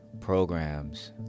programs